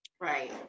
Right